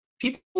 People